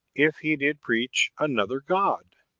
if he did preach another god?